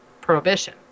Prohibition